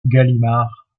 gallimard